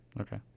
Okay